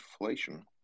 inflation